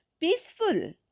peaceful